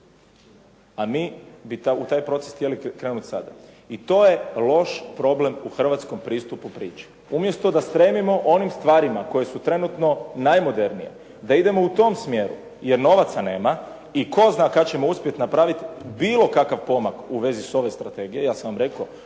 a mi bi u taj proces htjeli krenuti sada. I to je loš problem u hrvatskom pristupu priči. Umjesto da stremimo onim stvarima koje su trenutno najmodernije, da idemo u tom smjeru jer novaca nema i tko zna kad ćemo uspjeti napraviti bilo kakav pomak u vezi ove strategije. Ja sam vam rekao,